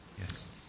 Yes